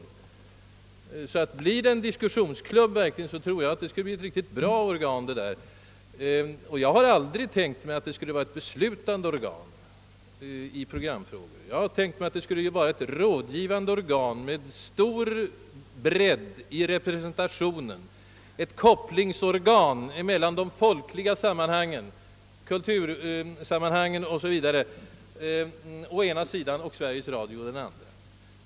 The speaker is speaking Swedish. Blir programrådet en verklig diskussionsklubb, tror jag att det blir ett riktigt bra organ. Jag har aldrig avsett att det skulle vara ett beslutande organ i programfrågor. Jag har tänkt mig att det skulle vara ett rådgivande organ med stor bredd i representationen, ett kopplingsorgan mellan de folkliga kultursammanhangen å ena sidan och Sveriges Radio å den andra.